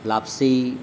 લાપસી